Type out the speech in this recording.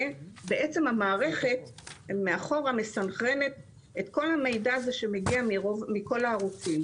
המערכת מאחור מסנכרנת את כל המידע הזה שמגיע מכל הערוצים.